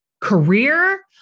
career